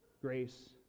grace